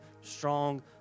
strong